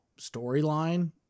storyline